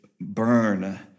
burn